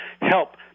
help